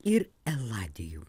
ir eladijų